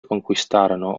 conquistarono